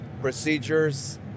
procedures